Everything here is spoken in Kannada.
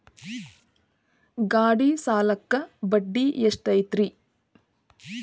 ಗಾಡಿ ಸಾಲಕ್ಕ ಬಡ್ಡಿ ಎಷ್ಟೈತ್ರಿ?